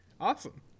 Awesome